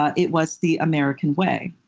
ah it was the american way.